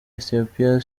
ethiopia